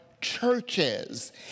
churches